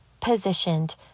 positioned